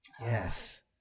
Yes